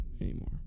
anymore